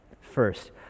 First